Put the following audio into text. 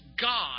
God